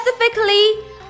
specifically